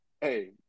Hey